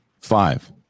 Five